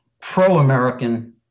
pro-american